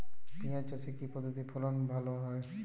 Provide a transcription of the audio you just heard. পিঁয়াজ চাষে কি পদ্ধতিতে ফলন ভালো হয়?